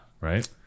Right